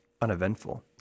uneventful